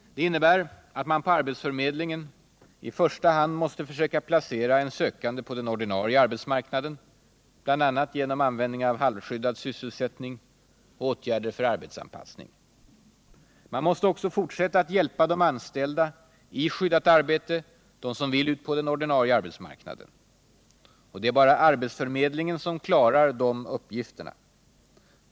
Det innebär att man på arbetsförmedlingen i första hand måste försöka placera en sökande på den ordinarie arbetsmarknaden, bl.a. genom användning av halvskyddad sysselsättning och åtgärder för — Nr 48 arbetsanpassning. Man måste också fortsätta att hjälpa de anställda i Tisdagen den skyddat arbete som vill ut på den ordinarie arbetsmarknaden. Det är 13 december 1977 bara arbetsförmedlingen som klarar de uppgifterna.